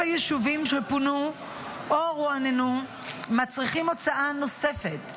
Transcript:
היישובים שפונו או רועננו מצריכים הוצאה נוספת.